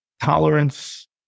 tolerance